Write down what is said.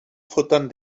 futtern